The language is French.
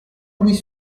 louis